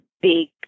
big